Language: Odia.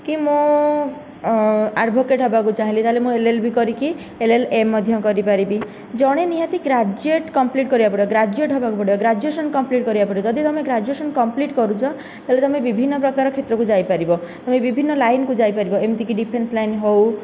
କି ମୁଁ ଆଡଭୋକେଟ ହେବାକୁ ଚାହିଁଲି ତାହେଲେ ମୁଁ ଏଲ୍ଏଲବି କରିବି ଏଲଏଲଏମ ମଧ୍ୟ କରିପାରିବି ଜଣେ ନିହାତି ଗ୍ରାଜୁଏଟ କମ୍ପ୍ଲିଟ କରିବାକୁ ପଡ଼ିବ ଗ୍ରାଜୁଏଟ ହେବାକୁ ପଡ଼ିବ ଗ୍ରାଜୁଏସନ୍ କମ୍ପ୍ଲିଟ କରିବାକୁ ପଡ଼ିବ ଯଦି ତମେ ଗ୍ରାଜୁଏସନ୍ କମ୍ପ୍ଲିଟ କରୁଛ ତାହେଲେ ତମେ ବିଭିନ୍ନ ପ୍ରକାର କ୍ଷେତ୍ରକୁ ଯାଇପାରିବ ବିଭିନ୍ନ ପ୍ରକାର ଲାଇନକୁ ଯାଇପାରିବ ଏମିତିକି ଡିଫେନ୍ସ ଲାଇନ ହେଉ